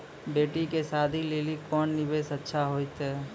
बेटी के शादी लेली कोंन निवेश अच्छा होइतै?